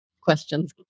questions